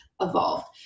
evolved